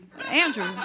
Andrew